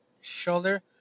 shoulder